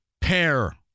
pair